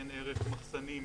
עיין ערך מחסנים,